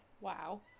Wow